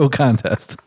contest